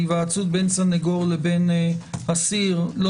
היוועצות בין סנגור לבין אסיר לא